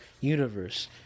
universe